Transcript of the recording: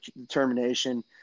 determination